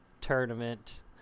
tournament